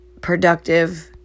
productive